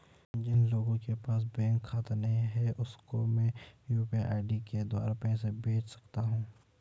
जिन लोगों के पास बैंक खाता नहीं है उसको मैं यू.पी.आई के द्वारा पैसे भेज सकता हूं?